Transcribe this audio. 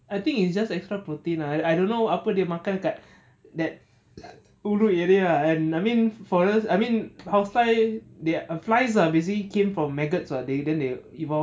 I think it's just extra protein ah I don't know apa dia makan kat that ulu area and I mean forest I mean housefly they ar~ flies are basically came from maggots [what] then then they evolve